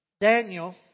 Daniel